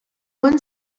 one